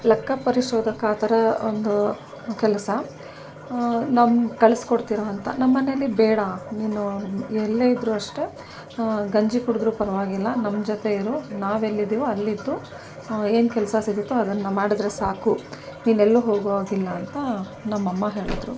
ಲೆಕ್ಕ ಪರಿಶೋಧಕ ಥರ ಒಂದು ಕೆಲಸ ನಮ್ಮ ಕಳಿಸಿಕೊಡ್ತೀರಾ ಅಂತ ನಮ್ಮನೇಲಿ ಬೇಡ ನೀನು ಎಲ್ಲೇ ಇದ್ದರೂ ಅಷ್ಟೇ ಗಂಜಿ ಕುಡಿದ್ರೂ ಪರವಾಗಿಲ್ಲ ನಮ್ಮ ಜೊತೆ ಇರು ನಾವೆಲ್ಲಿದ್ದೀವೋ ಅಲ್ಲಿದ್ದು ಏನು ಕೆಲಸ ಸಿಗುತ್ತೋ ಅದನ್ನು ಮಾಡಿದರೆ ಸಾಕು ನೀನು ಎಲ್ಲೂ ಹೋಗುವ ಹಾಗಿಲ್ಲ ಅಂತ ನಮ್ಮಮ್ಮ ಹೇಳಿದ್ರು